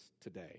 today